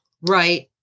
right